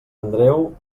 andreu